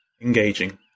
engaging